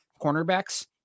cornerbacks